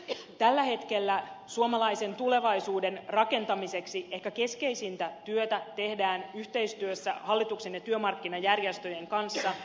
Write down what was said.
tällä hetkellä suomalaisen tulevaisuuden rakentamiseksi ehkä keskeisintä työtä tehdään yhteistyössä hallituksen ja työmarkkinajärjestöjen kanssa